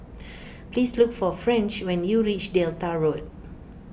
please look for French when you reach Delta Road